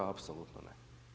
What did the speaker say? Apsolutno ne.